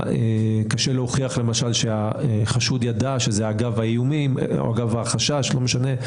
קשה להוכיח למשל שהחשוד ידע שזה אגב האיומים או אגב החשש זה לא משנה,